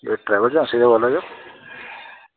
एह् ट्रैवल एजेसी दा बोला दे ओ